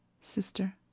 sister